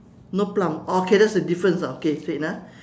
no plum oh okay that's the difference ah okay set ah